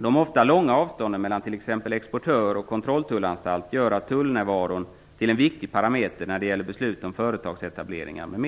De ofta långa avstånden mellan t.ex. exportör och kontrolltullanstalt gör tullnärvaron till en viktig parameter när det gäller beslut om företagsetableringar m.m.